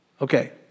Okay